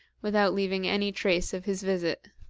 without leaving any trace of his visit.